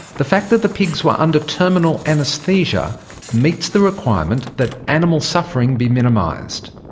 the fact that the pigs were under terminal anaesthesia meets the requirement that animal suffering be minimised.